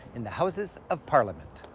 in the houses of parliament.